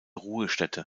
ruhestätte